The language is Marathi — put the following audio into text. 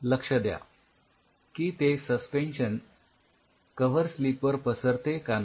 लक्ष द्या की ते सस्पेन्शन कव्हर स्लिप वर पसरते का नाही